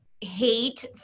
hate